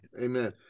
Amen